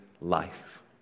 life